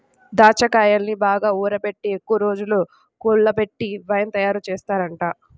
దాచ్చాకాయల్ని బాగా ఊరబెట్టి ఎక్కువరోజులు పుల్లబెట్టి వైన్ తయారుజేత్తారంట